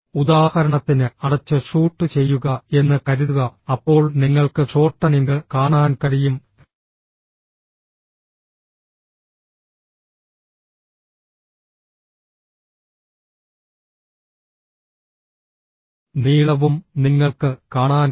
ഉദാഹരണത്തിന് അടച്ച് ഷൂട്ട് ചെയ്യുക എന്ന് കരുതുക അപ്പോൾ നിങ്ങൾക്ക് ഷോർട്ടനിംഗ് കാണാൻ കഴിയും നീളവും നിങ്ങൾക്ക് കാണാൻ കഴിയും